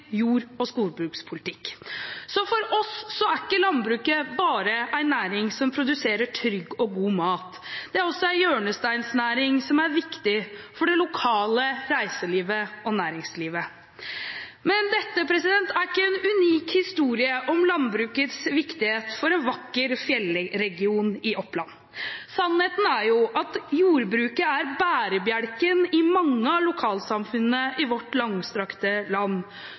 jord- og skogbrukspolitikk. Så for oss er ikke landbruket bare en næring som produserer trygg og god mat. Det er også en hjørnesteinsnæring som er viktig for det lokale reiselivet og næringslivet. Dette er ikke en unik historie om landbrukets viktighet for en vakker fjellregion i Oppland. Sannheten er jo at jordbruket er bærebjelken i mange av lokalsamfunnene i vårt langstrakte land.